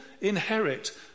inherit